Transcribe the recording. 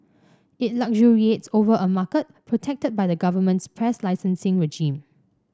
it luxuriates over a market protected by the government's press licensing regime